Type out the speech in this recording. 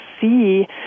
see